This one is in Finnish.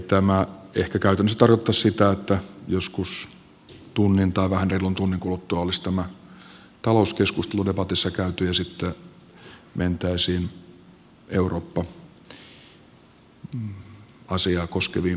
tämä ehkä käytännössä tarkoittaisi sitä että joskus tunnin tai vähän reilun tunnin kuluttua olisi tämä talouskeskustelu debatissa käyty ja sitten mentäisiin eurooppa asiaa koskeviin puheenvuoroihin